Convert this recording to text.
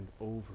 over